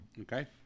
Okay